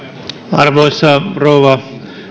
arvoisa rouva